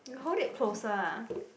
you hold it closer ah